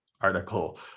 article